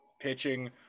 pitching